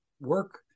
work